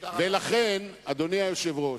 לכן, אדוני היושב-ראש,